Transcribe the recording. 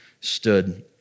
stood